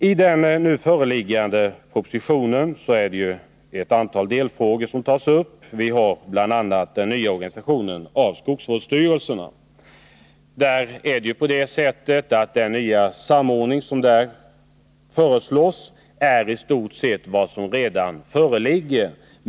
I den nu föreliggande propositionen tas upp ett antal delfrågor, bl.a. den nya organisationen av skogsvårdsstyrelserna. Den samordning som där föreslås finns i stort sett redan.